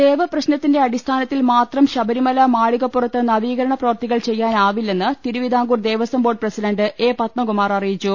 ദേവപ്രശ്നത്തിന്റെ അടിസ്ഥാനത്തിൽ മാത്രം ശബരിമല മാളി കപ്പുറത്ത് നവീകരണ പ്രവൃത്തികൾ ചെയ്യാനാവില്ലെന്ന് Travancore Devaswom board president A Padmakumar അറിയിച്ചു